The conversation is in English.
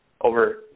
Over